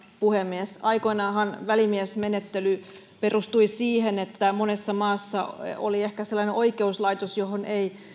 puhemies aikoinaanhan välimiesmenettely perustui siihen että monessa maassa oli ehkä sellainen oikeuslaitos johon ei